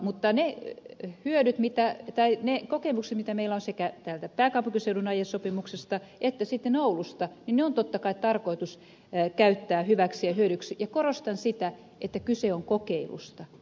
mutta ne kokemukset joita meillä on sekä täältä pääkaupunkiseudun aiesopimuksesta että sitten oulusta on totta kai tarkoitus käyttää hyväksi ja hyödyksi ja korostan sitä että kyse on kokeilusta